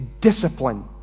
discipline